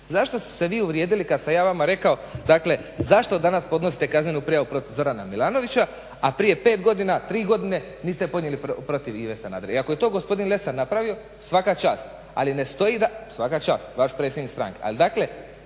Zašto ste se vi uvrijedili kad sam ja vama rekao dakle zašto danas podnosite kaznenu prijavu protiv Zorana Milanovića, a prije 5 godina, 3 godine niste podnijeli protiv Ive Sanadera. I ako je to gospodin Lesar napravio, svaka čast, ali ne stoji. Svaka čast, vaš predsjednik stranke.